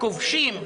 הכובשים,